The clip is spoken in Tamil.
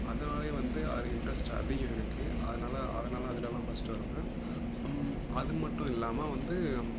அதனாலேயே வந்து அதில் இன்ட்ரெஸ்ட் அதிகம் எனக்கு அதனால் அதனால் அதிலலாம் ஃபஸ்ட் வருவேன் அது மட்டும் இல்லாமல் வந்து